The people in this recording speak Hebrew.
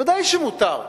ודאי שמותר.